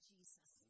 Jesus